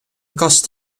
cost